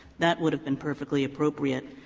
that would have been perfectly appropriate,